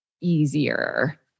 easier